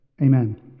Amen